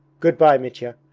good-bye, mitya!